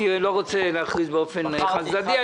אני לא רוצה להכריז באופן חד-צדדי.